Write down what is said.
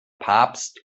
papst